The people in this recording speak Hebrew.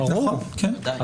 בוודאי.